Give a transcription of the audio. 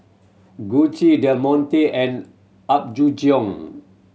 Gucci Del Monte and Apgujeong